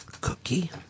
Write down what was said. Cookie